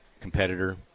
competitor